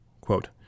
Quote